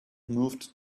moved